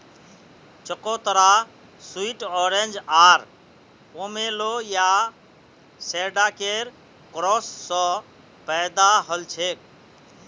चकोतरा sweet orange आर pomelo या शैडॉकेर क्रॉस स पैदा हलछेक